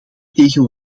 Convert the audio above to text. tegen